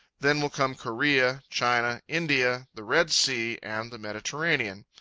then will come korea, china, india, the red sea, and the mediterranean.